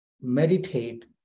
meditate